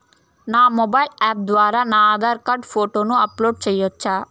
నా mobile app ద్వారా నా ఆధార్ కార్డు ఫోటోను అప్లోడ్ సేయొచ్చా?